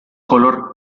color